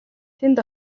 тэнд